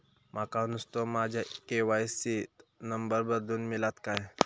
माका नुस्तो माझ्या के.वाय.सी त नंबर बदलून मिलात काय?